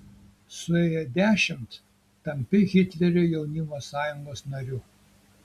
suėjo dešimt tampi hitlerio jaunimo sąjungos nariu